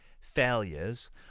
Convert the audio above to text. failures